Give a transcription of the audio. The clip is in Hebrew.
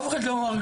אף אחד לא מרגיש,